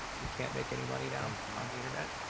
you can't make any money now on the internet.